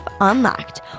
unlocked